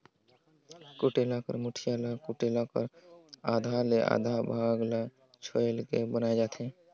कुटेला कर मुठिया ल कुटेला कर आधा ले आधा भाग ल छोएल के बनाल जाथे